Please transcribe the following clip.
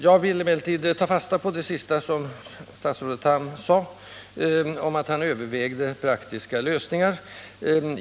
Jag vill emellertid ta fasta på det sista som statsrådet Tham sade om att han övervägde praktiska lösningar.